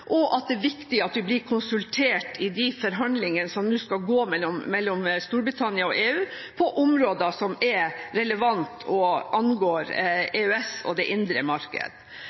og at det er viktig at vi blir konsultert i de forhandlingene som nå skal gå mellom Storbritannia og EU, på områder som er relevante og angår EØS og det indre marked.